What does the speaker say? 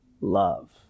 love